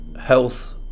health